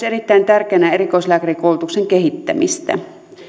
erittäin tärkeänä myös erikoislääkärikoulutuksen kehittämistä